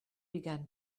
began